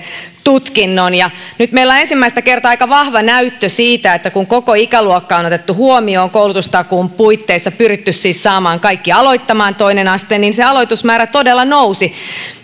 tutkinnon nyt meillä on ensimmäistä kertaa aika vahva näyttö siitä että kun koko ikäluokka on otettu huomioon koulutustakuun puitteissa pyritty siis saamaan kaikki aloittamaan toinen aste niin se aloitusmäärä todella on noussut